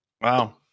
Wow